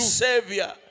savior